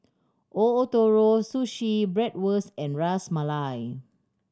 Ootoro Sushi Bratwurst and Ras Malai